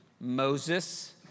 Moses